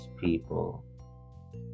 people